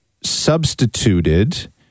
substituted